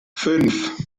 fünf